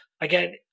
again